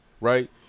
right